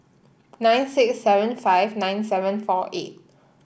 nine six seven five nine seven four eight